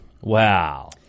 Wow